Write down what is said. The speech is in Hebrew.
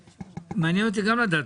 מעניין אותי גם לדעת,